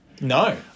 No